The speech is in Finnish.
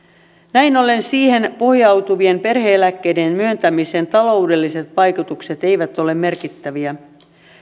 näin ollen siihen pohjautuvien perhe eläkkeiden myöntämisen taloudelliset vaikutukset eivät ole merkittäviä